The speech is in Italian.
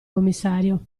commissario